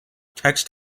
text